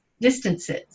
distances